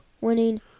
winning